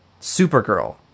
Supergirl